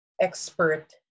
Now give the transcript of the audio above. expert